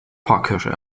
pfarrkirche